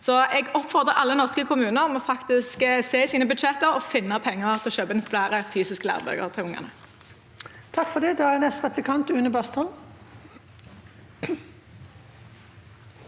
Jeg oppfordrer alle norske kommuner til faktisk å se i sine budsjetter og finne penger til å kjøpe inn flere fysiske lærebøker til ungene.